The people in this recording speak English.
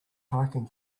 parking